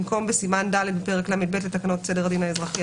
במקום "בסימן ד' בפרק ל"ב לתקנות סדר הדין האזרחי,